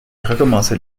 recommencer